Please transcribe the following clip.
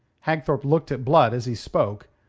hagthorpe looked at blood as he spoke.